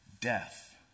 death